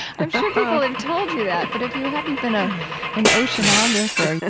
i'm sure people have told you that. but if you hadn't been ah an oceanographer, yeah